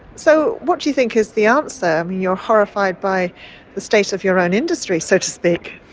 so what do you think is the answer? i mean, you're horrified by the state of your own industry, so to speak.